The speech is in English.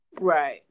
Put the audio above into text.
right